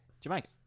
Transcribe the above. Jamaica